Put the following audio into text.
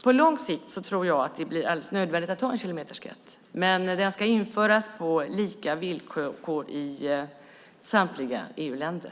På lång sikt tror jag att det blir alldeles nödvändigt att ha en kilometerskatt, men den ska införas på lika villkor i samtliga EU-länder.